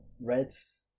Reds